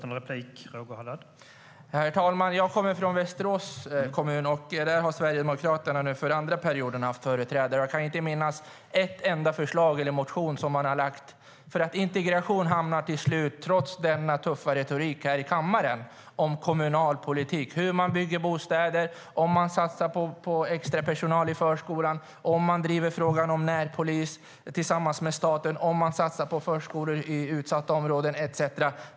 Herr talman! Jag kommer från Västerås kommun, och där har Sverigedemokraterna för andra perioden haft företrädare. Jag kan inte minnas att de har lagt fram ett enda förslag eller en enda motion. Trots den tuffa retoriken här i kammaren handlar integration till slut om kommunalpolitik - hur man bygger bostäder, om man satsar på extra personal i förskolan, om man driver frågan om närpolis tillsammans med staten, om man satsar på förskolor i utsatta områden etcetera.